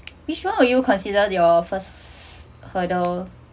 which one will you consider your first hurdle